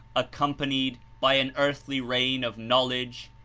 accompanied by an earthly reign of knowledge,